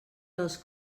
dels